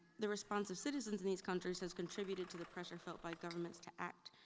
the response of citizens in these countries has contributed to the pressure felt by governments to act.